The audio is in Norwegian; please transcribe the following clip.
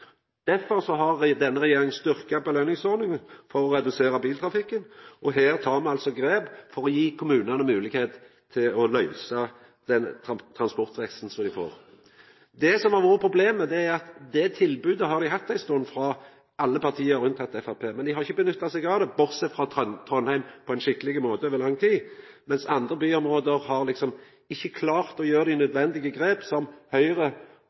Derfor har denne regjeringa styrkt belønningsordninga for å redusera biltrafikken. Her tar me òg grep for å gje kommunane moglegheit til å løysa den transportveksten som dei får. Det som har vore problemet, er at det tilbodet har dei hatt ei stund frå alle partia, unntatt Framstegspartiet. Men dei har ikkje nytta seg av det, bortsett frå i Trondheim – som har gjort det på ein skikkeleg måte over lang tid. Andre byområde har ikkje klart å ta dei nødvendige grepa som partia frå Høgre